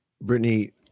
Brittany